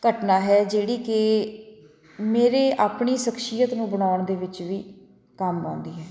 ਘਟਨਾ ਹੈ ਜਿਹੜੀ ਕਿ ਮੇਰੀ ਆਪਣੀ ਸ਼ਖਸ਼ੀਅਤ ਨੂੰ ਬਣਾਉਣ ਦੇ ਵਿੱਚ ਵੀ ਕੰਮ ਆਉਂਦੀ ਹੈ